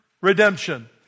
redemption